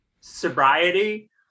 sobriety